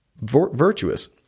virtuous